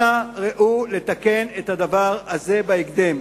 אנא ראו לתקן את הדבר הזה בהקדם.